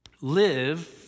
Live